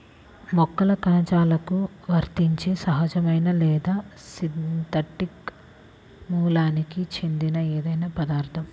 మొక్కల కణజాలాలకు వర్తించే సహజమైన లేదా సింథటిక్ మూలానికి చెందిన ఏదైనా పదార్థం